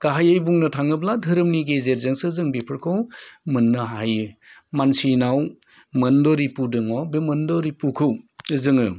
गाहायै बुंनो थाङोब्ला धोरोमनि गेजेरजोंसो जों बेफोरखौ मोननो हायो मानसिनाव मोन द' रिफु दङ बे मोन द' रिफुखौ जोङो